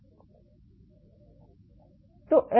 तो L समय का एक कार्य है